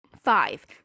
Five